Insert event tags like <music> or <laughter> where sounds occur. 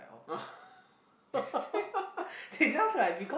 oh <laughs>